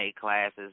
classes